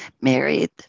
married